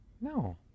No